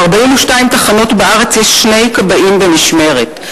ב-42 תחנות בארץ יש שני כבאים במשמרת.